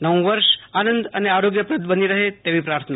નવું વર્ષ આનંદ અને આરોગ્યપ્રદ બની રહે તેવી પ્રાર્થના